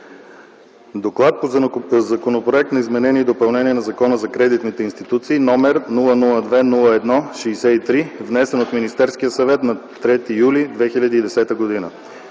„ДОКЛАД по Законопроект за изменение и допълнение на Закона за кредитните институции, № 002-01-63, внесен от Министерския съвет на 13 юли 2010 г.